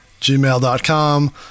gmail.com